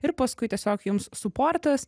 ir paskui tiesiog jums suportas